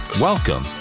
Welcome